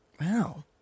wow